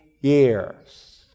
years